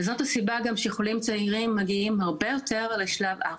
זו הסיבה גם שחולים צעירים מגיעים הרבה יותר מהר לשלב ארבע,